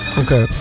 okay